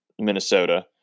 Minnesota